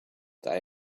day